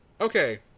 Okay